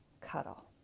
cuddle